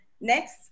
Next